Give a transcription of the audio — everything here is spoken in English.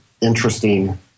interesting